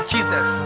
Jesus